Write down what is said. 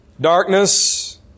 darkness